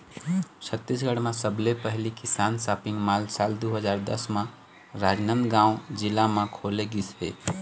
छत्तीसगढ़ म सबले पहिली किसान सॉपिंग मॉल साल दू हजार दस म राजनांदगांव जिला म खोले गिस हे